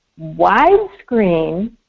widescreen